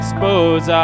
Expose